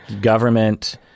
government